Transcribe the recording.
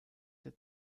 der